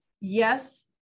Yes